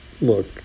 Look